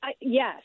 yes